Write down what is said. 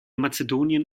mazedonien